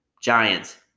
Giants